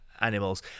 animals